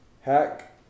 Hack